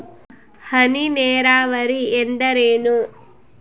ಹನಿ ನೇರಾವರಿ ಎಂದರೇನು?